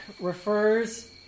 refers